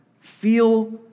Feel